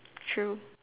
true